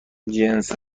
جنس